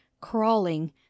crawling